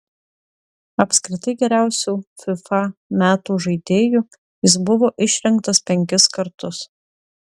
apskritai geriausiu fifa metų žaidėju jis buvo išrinktas penkis kartus